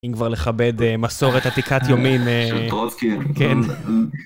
אם כבר לכבד מסורת עתיקת ימים... אההה... שוטרוצקין...